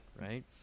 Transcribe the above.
right